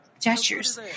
gestures